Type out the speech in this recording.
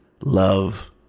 Love